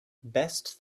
best